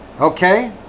Okay